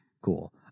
cool